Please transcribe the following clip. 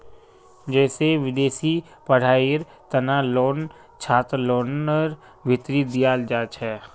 जैसे विदेशी पढ़ाईयेर तना लोन छात्रलोनर भीतरी दियाल जाछे